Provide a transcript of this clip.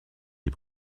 des